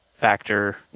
factor